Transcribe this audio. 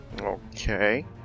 Okay